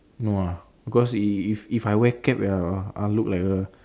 no ah because if if if I wear cap ya I'll look like a